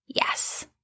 Yes